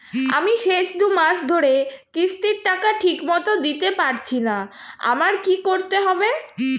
আমি শেষ দুমাস ধরে কিস্তির টাকা ঠিকমতো দিতে পারছিনা আমার কি করতে হবে?